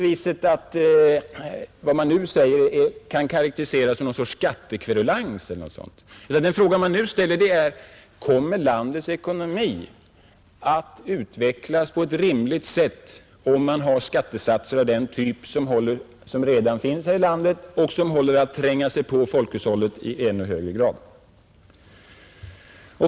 Vad jag nu säger kan inte karakteriseras som någon skattekverulans. Den fråga man ställer är: Kommer landets ekonomi att utvecklas på ett rimligt sätt, om man har skattesatser av den typ som redan finns här i landet och som håller på att tränga sig på folkhushållet i ännu högre grad?